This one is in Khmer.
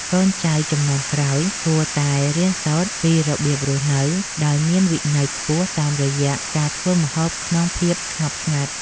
កូនចៅជំនាន់ក្រោយគួរតែរៀនសូត្រពីរបៀបរស់នៅដោយមានវិន័យខ្ពស់តាមរយៈការធ្វើម្ហូបក្នុងភាពស្ងប់ស្ងាត់។